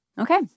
Okay